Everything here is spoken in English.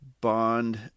Bond